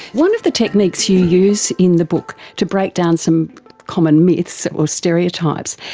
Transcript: one of the techniques you use in the book to break down some common myths or stereotypes.